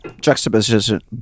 Juxtaposition